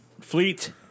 Fleet